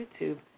YouTube